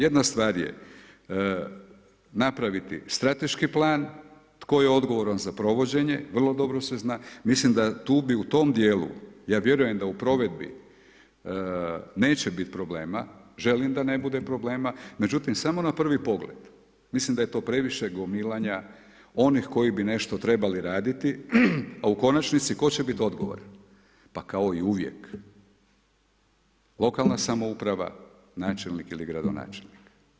Jedna stvar je napraviti strateški plan, tko je odgovoran za provođenje, vrlo dobro se zna, mislim da tu bi u tom djelu, ja vjerujem da u provedbi neće biti problema, želim da ne bude problema, međutim samo na prvi pogled, mislim da je to previše gomilanja onih kojih bi nešto trebali raditi, a u konačnici tko će biti odgovoran, pa kao i uvijek, lokalna samouprava, načelnik ili gradonačelnik.